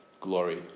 glory